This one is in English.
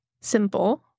simple